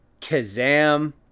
kazam